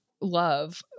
love